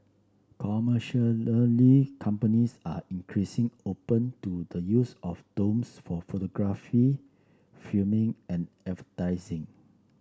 companies are increasing open to the use of drones for photography filming and